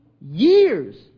years